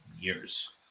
years